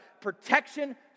protection